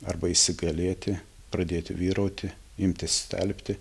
arba įsigalėti pradėti vyrauti imti stelbti